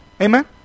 Amen